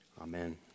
Amen